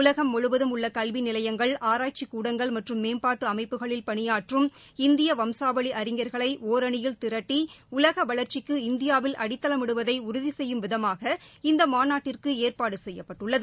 உலகம் முழுவதும் உள்ள கல்வி நிலையங்கள் ஆராய்ச்சிக் கூடங்கள் மற்றும் மேம்பாட்டு அமைப்புகளில் பணியாற்றும் இந்திய வம்சாவளி அறிஞர்களை ஒரணியில் திரட்டி உலக வளர்ச்சிக்கு இந்தியாவில் அடித்தளமிடுவதை உறுதி செய்யும் விதமாக இந்த மாநாட்டிற்கு ஏற்பாடு செய்யப்பட்டுள்ளது